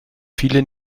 viele